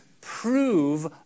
prove